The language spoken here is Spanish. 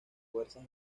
fuerzas